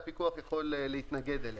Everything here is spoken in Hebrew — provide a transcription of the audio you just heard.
והפיקוח יכול להתנגד לה.